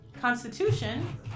Constitution